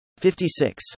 56